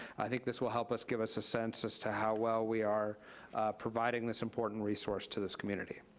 i think this will help us give us a sense as to how well we are providing this important resource to this community.